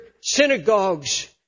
synagogues